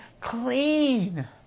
clean